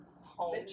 home